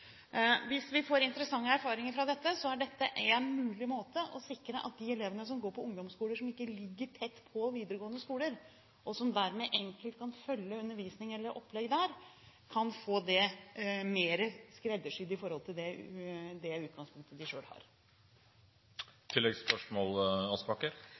Hvis vi får interessante erfaringer fra dette, er dette en mulig måte for å sikre at de elevene som går på ungdomsskoler som ikke ligger tett på videregående skoler, og som dermed enkelt kan følge undervisning eller opplegg der, kan få det mer skreddersydd i forhold til det utgangspunktet de selv har.